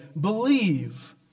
believe